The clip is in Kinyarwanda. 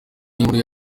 y’inkuru